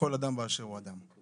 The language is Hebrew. כל אדם באשר הוא אדם.